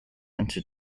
into